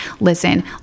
Listen